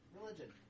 religion